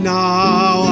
now